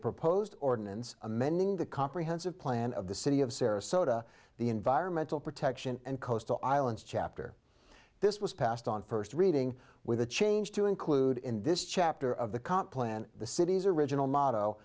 proposed ordinance amending the comprehensive plan of the city of sarasota the environmental protection and coastal islands chapter this was passed on first reading with a change to include in this chapter of the current plan the city's original motto